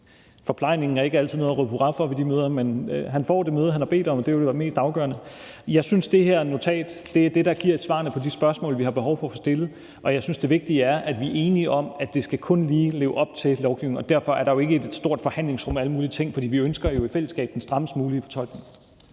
Forplejningen er ikke altid noget at råbe hurra for ved de møder, men han får det møde, han har bedt om, og det er vel det mest afgørende. Jeg synes, at det her notat er det, der giver svarene på de spørgsmål, vi har behov for at få stillet. Og jeg synes, det vigtige er, at vi er enige om, at det kun lige skal leve op til lovgivningen. Derfor er der jo ikke et stort forhandlingsrum og alle mulige ting, for vi ønsker jo i fællesskab den strammest mulige fortolkning.